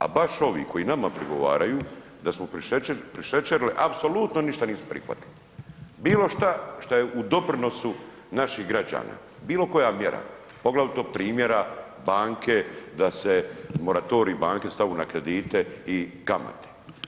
A baš ovi koji nama prigovaraju da smo prišećerili apsolutno ništa nisu prihvatili, bilo šta što je u doprinosu naših građana, bilo koja mjera, poglavito primjera banke da se moratorij banke stavu na kredite i kamate.